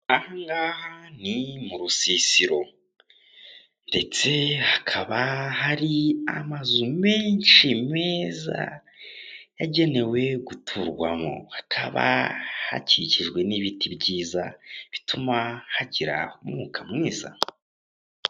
Aha ngaha ni mu rusisiro, ndetse hakaba hari amazu menshi meza yagenewe guturwamo, hakaba hakikijwe n'ibiti byiza bituma hagira umwuka mwiza.